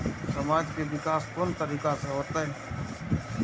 समाज के विकास कोन तरीका से होते?